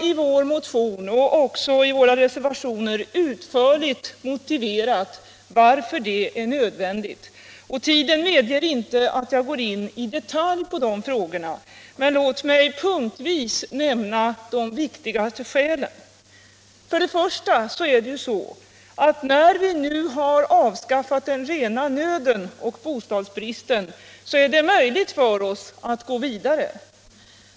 I vår motion, liksom också i reservationerna, har vi utförligt motiverat varför det är nödvändigt. Tiden medger inte att jag i detalj går in på de frågorna, men låt mig punktvis nämna de viktigaste skälen. För det första är det, när vi nu har avskaffat den rena nöden och bostadsbristen, möjligt att gå vidare.